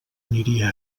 aniria